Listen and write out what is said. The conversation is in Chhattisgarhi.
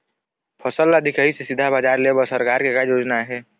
फसल ला दिखाही से सीधा बजार लेय बर सरकार के का योजना आहे?